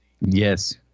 Yes